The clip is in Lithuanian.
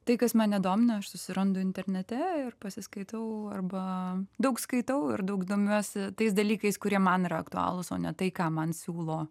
tai kas man nedomina aš susirandu internete ir pasiskaitau arba daug skaitau ir daug domiuosi tais dalykais kurie man yra aktualūs o ne tai ką man siūlo